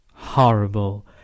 Horrible